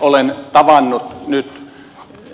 olen tavannut nyt